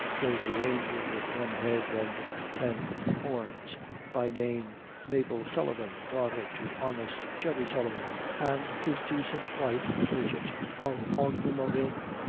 says the angel with one head and ten horns by name mabel sullivan, daughter to honest jerry sullivan and his daicent wife bridget, of aughnamurrin.